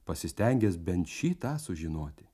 pasistengęs bent šį tą sužinoti